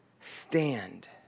stand